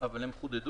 אבל הם חודדו.